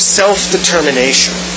self-determination